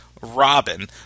Robin